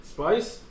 Spice